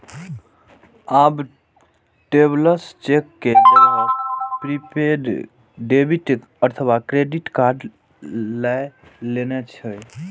आब travellers cheque के जगह प्रीपेड डेबिट अथवा क्रेडिट कार्ड लए लेने छै